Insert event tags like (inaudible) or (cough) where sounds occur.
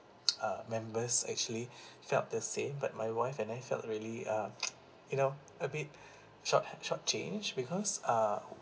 uh members actually felt the same but my wife and I felt really uh (noise) you know a bit short uh short change because uh